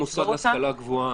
למה מוסד להשכלה גבוהה?